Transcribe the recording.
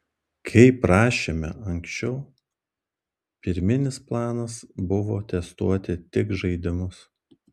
kaip rašėme anksčiau pirminis planas buvo testuoti tik žaidimus